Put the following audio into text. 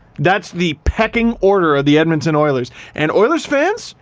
that's the pecking order of the edmonton oilers and oilers fans?